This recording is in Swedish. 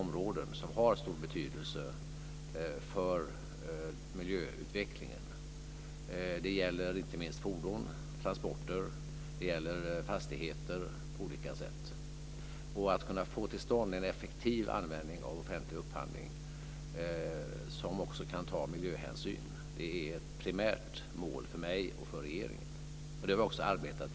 Självklart är det ytterst betydelsefullt hur kraven ställs och följs upp, speciellt som man vanligen tecknar långsiktiga avtal med företagen. Den offentliga sektorn kan på så vis komma att utöva ett tryck på marknaden att anpassa varor och tjänster till miljökrav och andra viktiga krav.